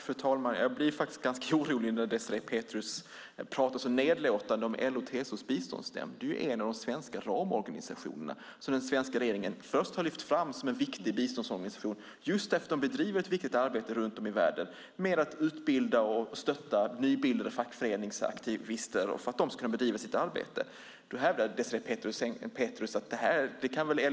Fru talman! Jag blir ganska orolig när Désirée Pethrus pratar så nedlåtande om LO-TCO Biståndsnämnd. Det är en av de svenska ramorganisationerna, som den svenska regeringen har lyft fram som en viktig biståndsorganisation just därför att de bedriver ett viktigt arbete runt om i världen med att utbilda och stötta aktivister i nybildade fackföreningar så att de kan bedriva sitt arbete. Då hävdar Désirée Pethrus att